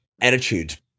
attitude